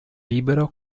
libero